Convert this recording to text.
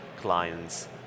clients